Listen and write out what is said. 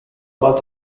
but